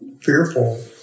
fearful